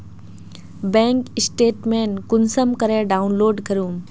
Bank statement कुंसम करे download करूम?